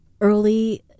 early